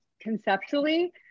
conceptually